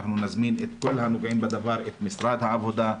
אנחנו נזמין את כל הנוגעים לדבר את משרד העבודה,